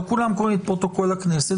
לא כולם קוראים את פרוטוקול הכנסת.